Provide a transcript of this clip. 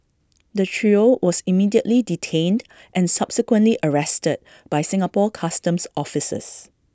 the trio was immediately detained and subsequently arrested by Singapore Customs officers